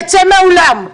תצא מהאולם.